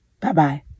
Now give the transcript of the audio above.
Bye-bye